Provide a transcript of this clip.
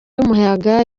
y’umuyaga